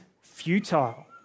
futile